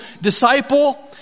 disciple